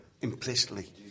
implicitly